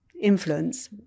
influence